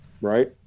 right